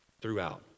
throughout